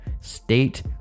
state